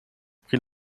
pri